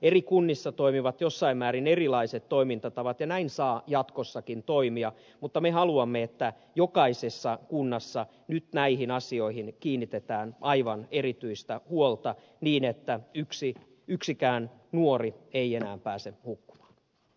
eri kunnissa toimivat jossain määrin erilaiset toimintatavat ja näin saavat jatkossakin toimia mutta me haluamme että jokaisessa kunnassa nyt näihin asioihin kiinnitetään aivan erityistä huolta niin että yksikään nuori ei enää pääse kuba